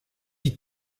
die